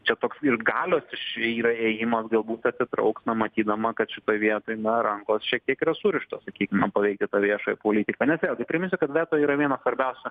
čia toks ir galios iš yra ėjimas galbūt atsitrauks na matydama kad šitoj vietoj na rankos šiek tiek yra surištos sakykime paveikti viešąją politiką nes vėlgi priminsiu kad veto yra vienas svarbiausių